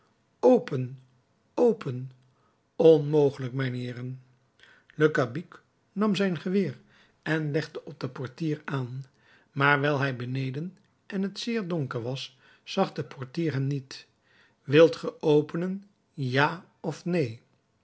open open onmogelijk mijnheeren le cabuc nam zijn geweer en legde op den portier aan maar wijl hij beneden en t zeer donker was zag de portier hem niet wilt ge openen ja of neen